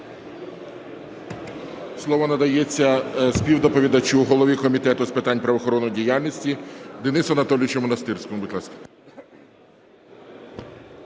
Слово надається співдоповідачу голові Комітету з питань правоохоронної діяльності Денису Анатолійовичу Монастирському,